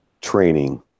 training